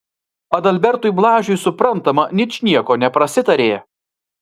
adalbertui blažiui suprantama ničnieko neprasitarė